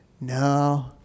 No